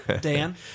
Dan